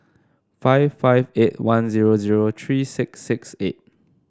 five five eight one zero zero three six six eight